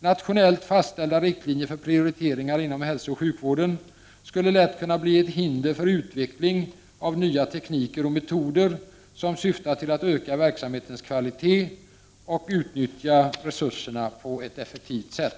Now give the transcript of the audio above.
Nationellt fastställda riktlinjer för prioriteringar inom hälsooch sjukvården skulle lätt kunna bli ett hinder för utveckling av nya tekniker och metoder som syftar till att öka verksamhetens kvalitet och utnyttja resurserna på ett effektivt sätt.